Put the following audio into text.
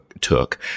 took